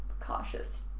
cautious